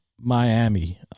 Miami